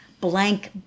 blank